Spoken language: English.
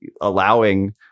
allowing